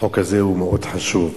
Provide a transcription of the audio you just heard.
החוק הזה מאוד חשוב.